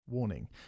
Warning